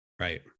right